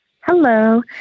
Hello